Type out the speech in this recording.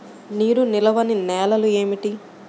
నీరు నిలువని నేలలు ఏమిటి?